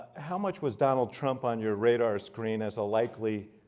how much was donald trump on your radar screen as a likely